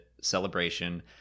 celebration